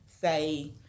say